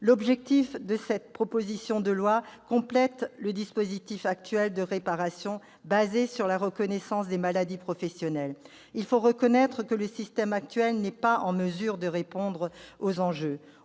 L'objectif de cette proposition de loi est de compléter le dispositif actuel de réparation, fondé sur la reconnaissance des maladies professionnelles. Il faut reconnaître que le système actuel n'est pas en mesure de répondre aux enjeux.